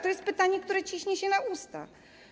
To jest pytanie, które ciśnie się na usta.